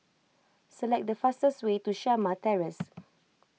select the fastest way to Shamah Terrace